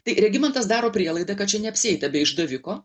tai regimantas daro prielaidą kad čia neapsieita be išdaviko